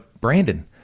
Brandon